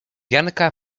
janka